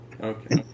Okay